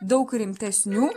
daug rimtesnių